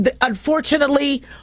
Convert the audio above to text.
unfortunately